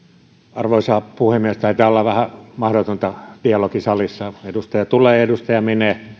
arvoisa puhemies taitaa olla vähän mahdotonta dialogi salissa edustaja tulee edustaja menee